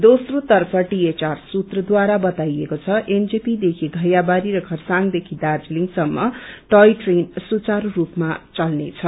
दोस्रोतर्फ डीएचआर सूत्रद्वारा बताइएको छ एनजेपीदेखि वैयाबारी र खरसाङदेखि दार्जीलिङसम्म टोय ट्रेन सुचारू रूपमा चल्नेछ